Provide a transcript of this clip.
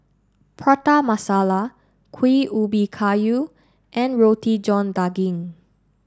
Prata Masala Kuih Ubi Kayu and Roti John daging